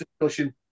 discussion